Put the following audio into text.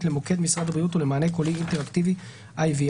למוקד משרד הבריאות או למענה קולי אינטראקטיבי (IVR),